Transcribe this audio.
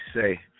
say